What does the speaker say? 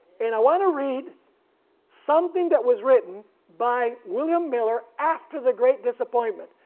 and i want to read something that was written by william miller after the great disappointment,